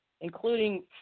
including